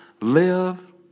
Live